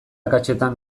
akatsetan